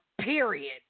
period